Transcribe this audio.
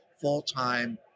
full-time